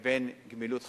לבין גמילות חסדים.